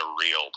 real